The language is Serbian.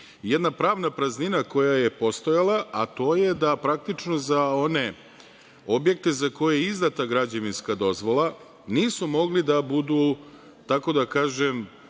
jedna pravna praznina koja je postojala, a to je da, praktično, za one objekte za koje je izdata građevinska dozvola, nisu mogli da budu, tako da kažem,